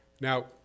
Now